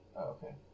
okay